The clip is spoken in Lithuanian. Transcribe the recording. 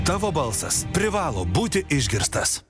tavo balsas privalo būti išgirstas